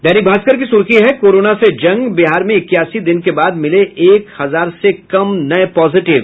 दैनिक भास्कर की सुर्खी है कोरोना से जंग बिहार में इक्यासी दिन के बाद मिले एक हजार से कम नये पॉजिटिव